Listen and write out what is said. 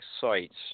sites